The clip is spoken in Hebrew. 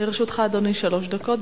לרשותך שלוש דקות.